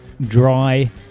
dry